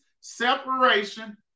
Separation